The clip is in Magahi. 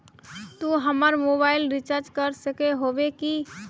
तू हमर मोबाईल रिचार्ज कर सके होबे की?